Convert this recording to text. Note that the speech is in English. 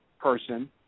person